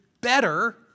better